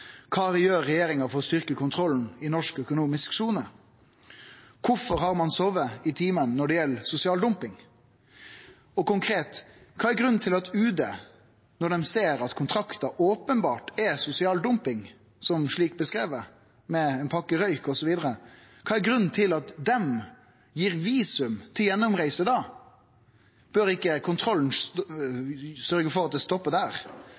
Kva gjer regjeringa for å styrkje kontrollen i norsk økonomisk sone? Kvifor har ein sove i timen når det gjeld sosial dumping? Og konkret: Kva er grunnen til at UD, når dei ser at kontraktar openbert er sosial dumping, slik det er beskrive – med ein pakke røyk i betaling osv. – gir visum til gjennomreise? Bør ikkje kontrollen sørgje for at det stoppar der?